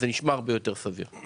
וזה נשמע הרבה יותר סביר.